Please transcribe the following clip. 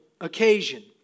occasion